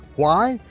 why,